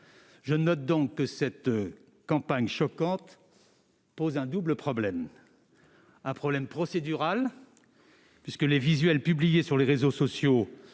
Je note que cette campagne choquante pose un double problème. D'une part, un problème procédural, puisque les visuels publiés sur les réseaux sociaux